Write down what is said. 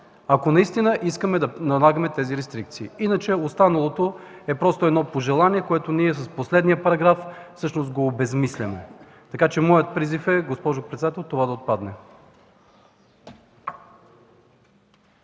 ако наистина искаме да налагаме тези рестрикции. Останалото е просто едно пожелание, което ние с последния параграф всъщност обезсмисляме. Моят призив, госпожо председател, е това да отпадне.